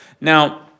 Now